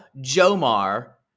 jomar